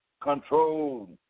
control